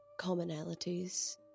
commonalities